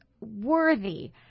worthy